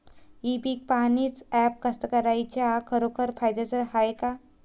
इ पीक पहानीचं ॲप कास्तकाराइच्या खरोखर फायद्याचं हाये का?